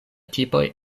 tipoj